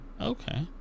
Okay